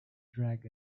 drag